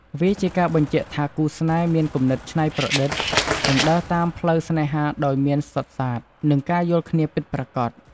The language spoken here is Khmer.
វាជាការបញ្ជាក់ថាគូស្នេហ៍មានគំនិតច្នៃប្រឌិត និងដើរតាមផ្លូវស្នេហាដោយមានសុទ្ធសាធ និងការយល់គ្នាពិតប្រាកដ។